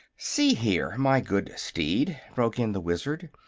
see here, my good steed, broke in the wizard,